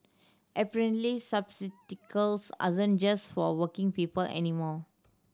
apparently just for working people anymore